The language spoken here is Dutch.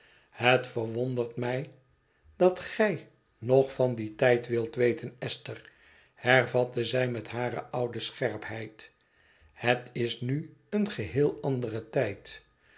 het verwondert mij dat gij nog van dien tijd wilt weten esther hervatte zij met hare oude scherpheid het is nu een geheel andere tijd